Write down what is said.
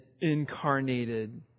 incarnated